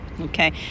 Okay